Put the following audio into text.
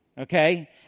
Okay